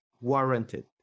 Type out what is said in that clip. warranted